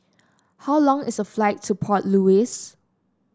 how long is the flight to Port Louis